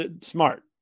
smart